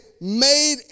made